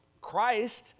Christ